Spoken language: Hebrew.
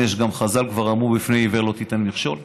חז"ל כבר אמרו: בפני עיוור לא תיתן מכשול.